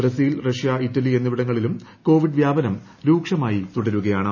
Brazil Russia Italy എന്നിവിടങ്ങളിലും Covid വ്യാപനം രൂക്ഷമായി തുടരുകയാണ്